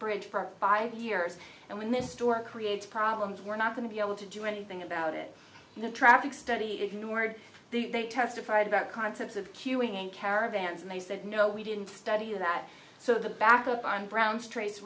bridge for five years and when this store creates problems we're not going to be able to do anything about it in the traffic study ignored they testified about concepts of queuing in caravans and they said no we didn't study that so the backup on brown's trace